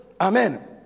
Amen